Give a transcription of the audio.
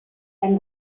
and